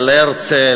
על הרצל,